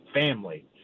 family